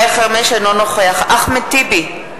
אינו נוכח אחמד טיבי,